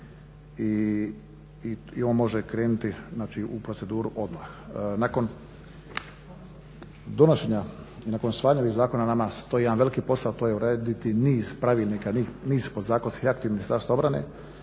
i on može krenuti znači u proceduru odmah. Nakon donošenja i nakon usvajanja ovih zakona pred nama stoji jedan veliki posao, to je urediti niz pravilnika, niz podzakonskih akata Ministarstva obrane.